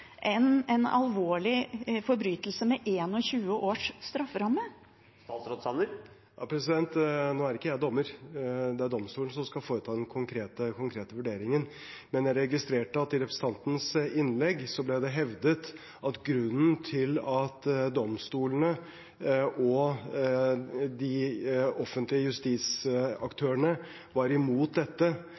en alvorlig forbrytelse med 21 års strafferamme? Nå er ikke jeg dommer. Det er domstolen som skal foreta den konkrete vurderingen. Men jeg registrerte at det i representantens innlegg ble hevdet at grunnen til at domstolene og de offentlige justisaktørene var imot dette,